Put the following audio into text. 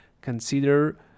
consider